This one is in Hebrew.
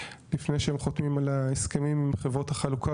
בתי החולים הממשלתיים לפני שהם חותמים על ההסכמים עם חברות החלוקה,